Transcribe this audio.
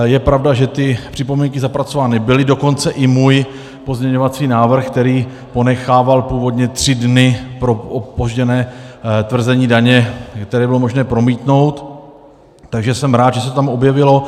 Je pravda, že ty připomínky zapracovány byly, dokonce i můj pozměňovací návrh, který ponechával původně tři dny pro opoždění tvrzení daně, které bylo možné promítnout, takže jsem rád, že se to tam objevilo.